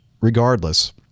regardless